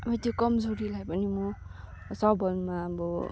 अब त्यो कमजोरीलाई पनि म सबलमा अब